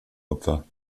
opfer